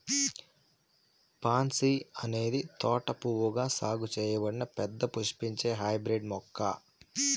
pansy అనేది తోట పువ్వుగా సాగు చేయబడిన పెద్ద పుష్పించే హైబ్రిడ్ మొక్క